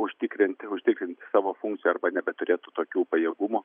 užtikrinti užtikrinti savo funkcijų arba nebeturėtų tokių pajėgumų